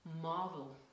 marvel